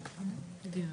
כי אמור להתקיים פה תכף דיון